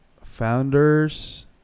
Founders